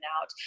out